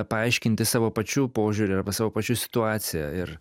paaiškinti savo pačių požiūrį arba savo pačių situaciją ir